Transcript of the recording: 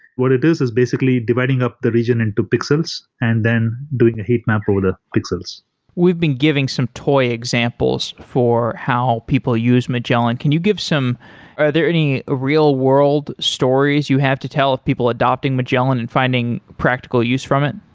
what it is is basically dividing up the region into pixels and then doing a heat map of all the pixels we've been giving some toy examples for how people use magellan. can you give some are there any ah real-world stories you have to tell of people adopting magellan and finding practical use from it?